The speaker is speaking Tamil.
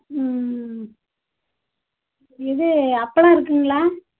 இது அப்பளம் இருக்குங்களா